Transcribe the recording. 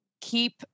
keep